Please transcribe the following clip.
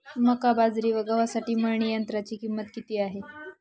मका, बाजरी व गव्हासाठी मळणी यंत्राची किंमत किती आहे?